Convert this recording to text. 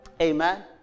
Amen